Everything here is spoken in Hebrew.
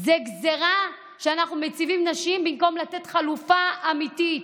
זו גזרה שאנחנו מציבים נשים בפניה במקום לתת חלופה אמיתית,